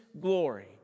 glory